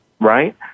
right